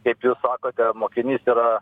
kaip jūs sakote mokinys yra